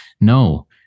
No